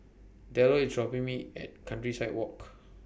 Derrell IS dropping Me At Countryside Walk